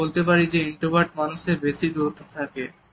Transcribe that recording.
আমরা বলতে পারি যে ইন্ট্রোভার্ট মানুষদের বেশি দূরত্ব থাকে